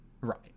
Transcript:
Right